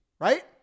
Right